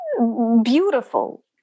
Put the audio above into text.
beautiful